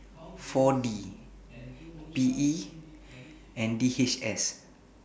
four D P E and D H S